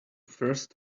first